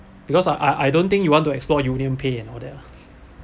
because I I don't think you want to explore union pay and all that lah